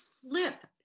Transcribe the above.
flip